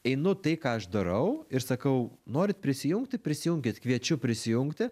einu tai ką aš darau ir sakau norit prisijungti prisijunkit kviečiu prisijungti